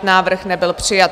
Návrh nebyl přijat.